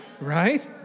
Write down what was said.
Right